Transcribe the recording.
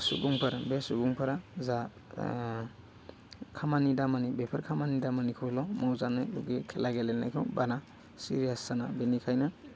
सुबुंफोर बे सुबुंफोरा जा खामानि दामानि बेफोर खामानि दामानिखौल' मावजानो लुगैयो खेला गेलेनायखौ बाना सिरियास साना बिनिखायनो